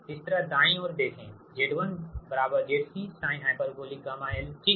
इस तरफ दाईं ओर देखें Z1ZC sinhγl ठीक